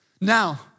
Now